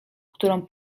którą